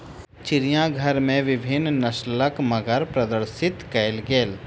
चिड़ियाघर में विभिन्न नस्लक मगर प्रदर्शित कयल गेल